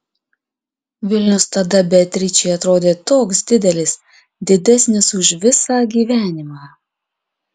vilnius tada beatričei atrodė toks didelis didesnis už visą gyvenimą